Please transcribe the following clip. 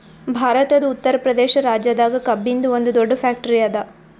ಭಾರತದ್ ಉತ್ತರ್ ಪ್ರದೇಶ್ ರಾಜ್ಯದಾಗ್ ಕಬ್ಬಿನ್ದ್ ಒಂದ್ ದೊಡ್ಡ್ ಫ್ಯಾಕ್ಟರಿ ಅದಾ